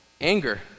Anger